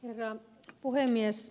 herra puhemies